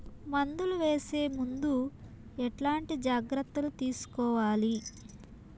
మందులు వేసే ముందు ఎట్లాంటి జాగ్రత్తలు తీసుకోవాలి?